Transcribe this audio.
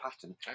pattern